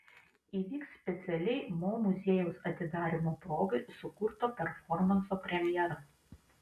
įvyks specialiai mo muziejaus atidarymo progai sukurto performanso premjera